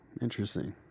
Interesting